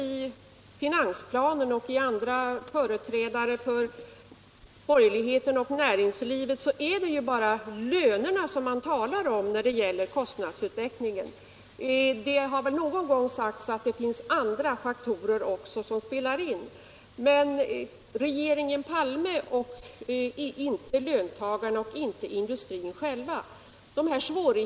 Ja, finansplanen liksom företrädare för borgerligheten och näringslivet talar nästan enbart om lönerna i det sammanhanget. Det har väl någon gång sagts att också andra faktorer spelar in. Det är alltså regeringen Palme när det inte är löntagarna och inte industrin själv.